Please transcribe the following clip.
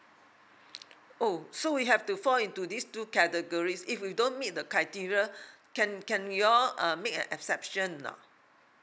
oh so we have to fall into these two categories if we don't meet the criteria can can you all uh make an exception or not